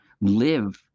live